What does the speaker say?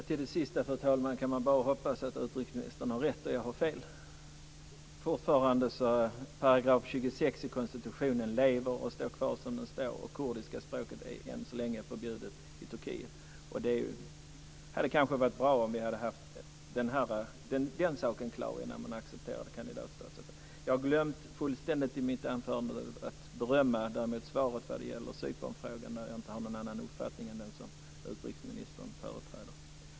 Fru talman! Jag kan bara hoppas att utrikesministern har rätt och att jag har fel. § 26 i konstitutionen lever och står kvar, och kurdiska språket är än så länge förbjudet i Turkiet. Det hade varit bra om den saken hade varit klar innan man hade accepterat Turkiets status som kandidatland. Jag glömde fullständigt att i mitt anförande berömma svaret när det gäller Cypernfrågan. Där har jag inte någon annan uppfattning än den som utrikesministern företräder.